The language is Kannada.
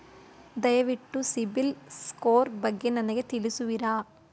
ದಯವಿಟ್ಟು ಸಿಬಿಲ್ ಸ್ಕೋರ್ ಬಗ್ಗೆ ನನಗೆ ತಿಳಿಸುವಿರಾ?